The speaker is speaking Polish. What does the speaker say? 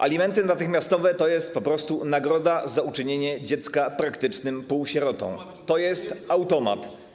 Alimenty natychmiastowe to jest po prostu nagroda za uczynienie dziecka praktycznym półsierotą, to jest automat.